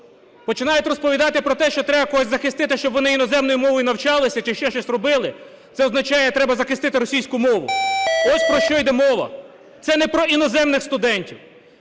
починають розповідати про те, що треба когось захистити, щоб вони іноземною мовою навчалися чи ще щось робили, це означає треба захистити російську мову. Ось про що йде мова. Це не про іноземних студентів.